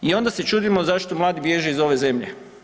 I onda se čudimo zašto mladi bježe iz ove zemlje.